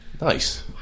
Nice